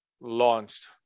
launched